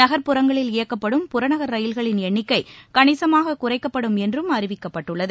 நகர்ப்புறங்களில் இயக்கப்படும் புறநகர் ரயில்களின் எண்ணிக்கை கணிசமாக குறைக்கப்படும் என்றும் அறிவிக்கப்பட்டுள்ளது